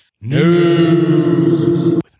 news